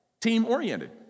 team-oriented